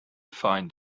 find